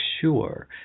sure